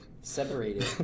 separated